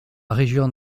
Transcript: région